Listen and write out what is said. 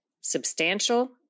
Substantial